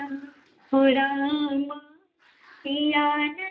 ओ रामा पिया नहीं